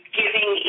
giving